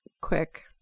quick